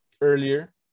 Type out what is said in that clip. earlier